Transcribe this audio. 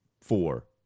four